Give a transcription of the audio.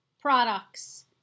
products